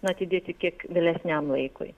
atidėti kiek vėlesniam laikui